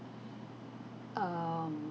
um